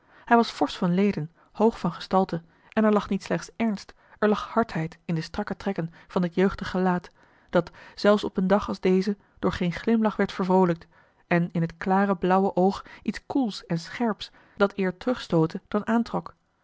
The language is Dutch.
hij was forsch van leden hoog van gestalte en er lag niet slechts ernst er lag hardheid in de strakke trekken van dit jeugdig gelaat dat zelfs op een dag als deze door geen glimlach werd vervroolijkt en in het klare blauwe oog iets koels en scherps dat eer terugstootte dan aantrok